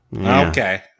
okay